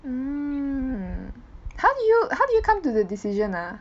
mm how did you how did you come to the decision ah